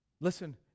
Listen